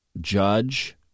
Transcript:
judge